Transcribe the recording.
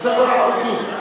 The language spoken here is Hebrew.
בתמיכתם של 25 חברים,